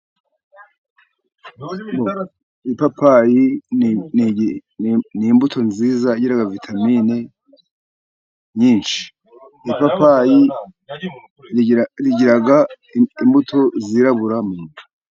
Ipapayi ni imbuto nziza yigira vitaminini nyinshi. Ipapapayi zigira imbuto zirabura mu nda.